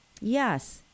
Yes